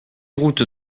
route